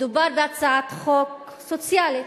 מדובר בהצעת חוק סוציאלית,